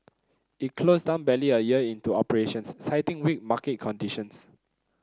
it closed down barely a year into operations citing weak market conditions